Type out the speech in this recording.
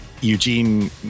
Eugene